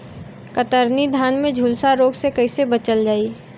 कतरनी धान में झुलसा रोग से कइसे बचल जाई?